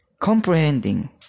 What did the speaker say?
comprehending